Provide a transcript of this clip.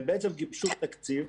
הם בעצם גיבשו תקציב.